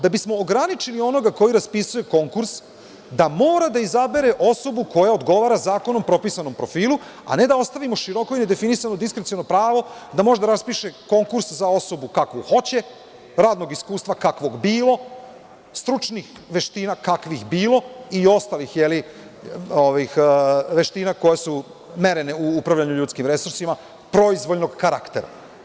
Da bismo ograničili onoga koji raspisuje konkurs da mora da izabere osobu koja odgovara zakonom propisanom profilu, a ne da ostavimo široko nedefinisano diskreciono pravo da može da raspiše konkurs za osobu kakvu hoće, radnog iskustva kakvog bilo, stručnih veština kakvih bilo, i ostalih veština koje su merene u upravljanju u ljudskim resursima, proizvoljnog karaktera.